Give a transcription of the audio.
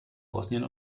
bosnien